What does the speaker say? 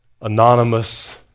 anonymous